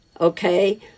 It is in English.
okay